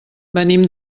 venim